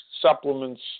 supplements